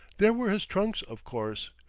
there were his trunks, of course.